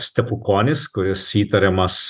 stepukonis kuris įtariamas